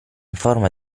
forma